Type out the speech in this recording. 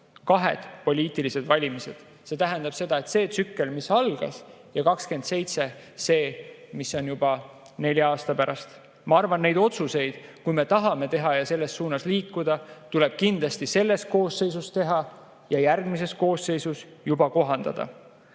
kahed poliitilised valimised. See tähendab seda tsüklit, mis algas, ja 2027. aastat, mis on juba nelja aasta pärast. Ma arvan, et neid otsuseid, kui me tahame teha ja selles suunas liikuda, tuleb kindlasti selles koosseisus teha ja järgmises koosseisus juba kohandada.